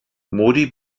modi